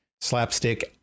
slapstick